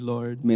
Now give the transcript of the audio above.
Lord